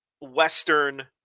Western